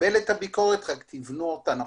נקבל את הביקורת, רק תבנו אותה נכון.